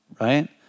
right